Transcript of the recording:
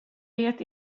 vet